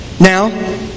Now